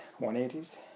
180s